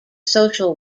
social